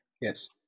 yes